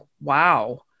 wow